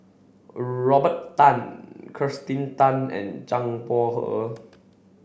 Robert Tan Kirsten Tan and Zhang Bohe